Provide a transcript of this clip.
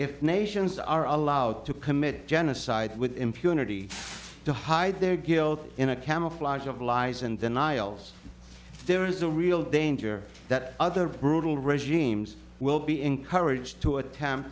if nations are allowed to commit genocide with impunity to hide their guilt in a camouflage of lies and denials there is a real danger that other brutal regimes will be encouraged to attempt